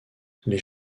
les